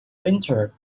winter